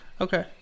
Okay